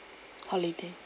holiday